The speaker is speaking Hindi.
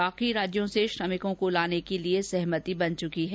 बाकि राज्यों से श्रमिकों को लाने के लिए सहमति बन चुकी है